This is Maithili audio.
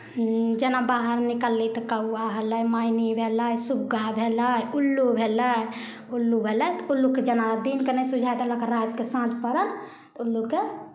जेना बाहर निकलली तऽ कौआ भेलै मैनी भेलै सुग्गा भेलै उल्लू भेलै उल्लू भेलै तऽ उल्लूकेँ जेना दिनकेँ नहि सुझाइ देलक रातिकेँ साँझ पड़ल उल्लूकेँ